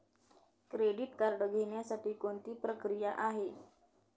Credit card घेण्यासाठी कोणती प्रक्रिया आहे?